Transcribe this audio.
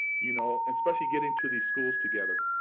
you know especially getting to these schools together.